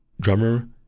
drummer